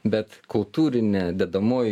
bet kultūrinė dedamoji